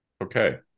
Okay